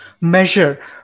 measure